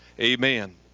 amen